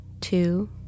two